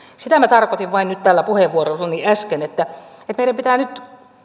sitä minä vain tarkoitin nyt tällä puheenvuorollani äsken että meidän pitää nyt